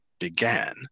began